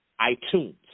iTunes